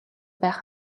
байх